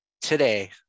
today